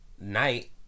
night